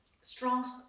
strong